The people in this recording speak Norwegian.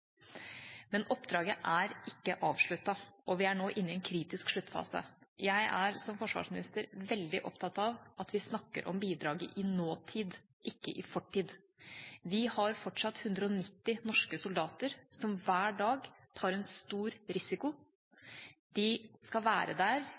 Men oppdraget er ikke avsluttet, og vi er nå inne i en kritisk sluttfase. Jeg er som forsvarsminister veldig opptatt av at vi snakker om bidraget i nåtid, ikke i fortid. Vi har fortsatt 190 norske soldater som hver dag tar en stor risiko.